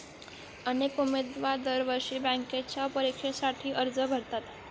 अनेक उमेदवार दरवर्षी बँकेच्या परीक्षेसाठी अर्ज भरतात